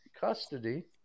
custody